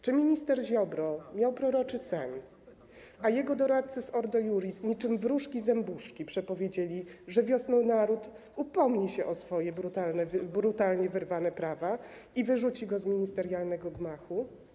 Czy minister Ziobro miał proroczy sen, a jego doradcy z Ordo Iuris niczym wróżki zębuszki przepowiedzieli, że wiosną naród upomni się o swoje brutalnie wyrwane prawa i wyrzuci go z ministerialnego gmachu?